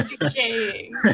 decaying